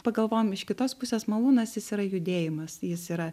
pagalvojom iš kitos pusės malūnas jis yra judėjimas jis yra